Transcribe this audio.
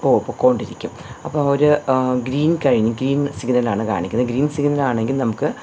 പൊ പോയിക്കോണ്ടിരിക്കും അപ്പോൾ ഒരു ഗ്രീൻ കഴിഞ്ഞ് ഗ്രീൻ സിഗ്നൽ ആണ് കാണിക്കുന്നത് ഗ്രീൻ സിഗ്നൽ ആണെങ്കിൽ നമുക്ക്